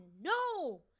no